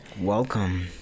welcome